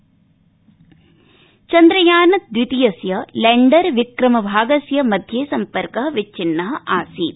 चन्द्रयान चन्द्रयान दवितीयस्य लैण्डर विक्रमस्य भागस्य मध्ये सम्पर्क विच्छिन्न आसीत्